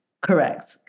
Correct